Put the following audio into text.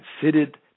considered